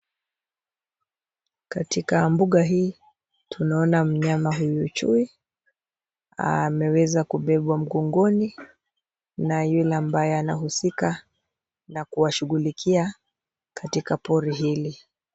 Katika mbuga hii tunaona mnyama huyu chui ameweza kubebwa mgongoni na yule ambaye anahusika na kuwashughulikia katika pori hili.